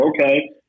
okay